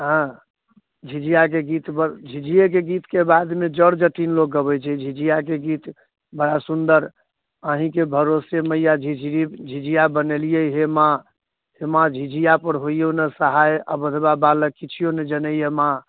हँ झिझियाके गीत बड़ झिझियेके गीतके बादमे जट जटिन लोक गबै छै झिझियाके गीत बड़ा सुन्दर अहींके भरोसे मैया झिझरी झिझिया बनेलियै हे माँ हे माँ झिझियापर होइयौ ने सहाय अबोधबा बालक किछुओ ने जनैयऽ माँ